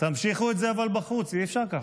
תמשיכו את זה בחוץ, אי-אפשר ככה.